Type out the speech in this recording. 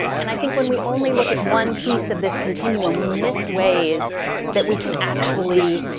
and i think when we only look at one piece of this continuum, we miss ways that we can actually